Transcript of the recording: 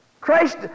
Christ